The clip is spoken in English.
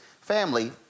family